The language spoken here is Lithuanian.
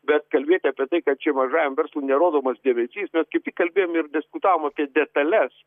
bet kalbėti apie tai kad čia mažajam verslui nerodomas dėmesys mes kaip tik kalbėjom ir diskutavom apie detales